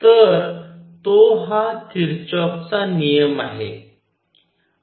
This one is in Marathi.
तर तो हा किरचॉफचा नियम आहे